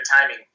timing